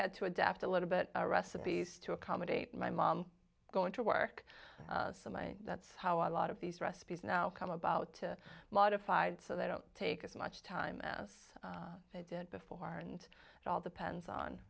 had to adapt a little bit recipes to accommodate my mom going to work so my that's how a lot of these recipes now come about to modified so they don't take as much time as they did before and it all depends on